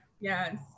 yes